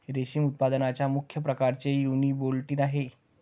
रेशम उत्पादनाचा मुख्य प्रकार युनिबोल्टिन आहे